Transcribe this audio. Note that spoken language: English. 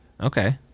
Okay